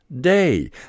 day